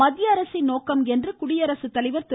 மத்திய அரசின் நோக்கம் என்று குடியரசுத்தலைவா் திரு